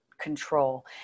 control